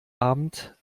abend